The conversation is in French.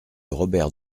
robert